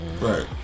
Right